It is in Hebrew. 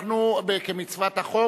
כמצוות החוק,